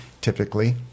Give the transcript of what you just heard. typically